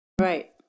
Right